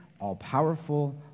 all-powerful